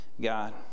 God